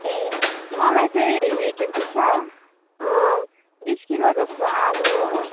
ए मलाई चाहिँ उयो के भन्छ बिस किलो जस्तो आलु हो